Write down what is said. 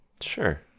Sure